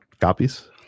copies